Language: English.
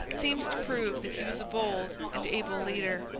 seems to prove that he was a bold and able leader.